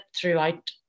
throughout